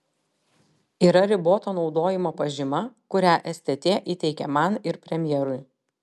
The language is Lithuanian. yra riboto naudojimo pažyma kurią stt įteikė man ir premjerui